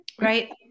right